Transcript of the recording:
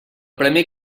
premi